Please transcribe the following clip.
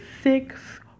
six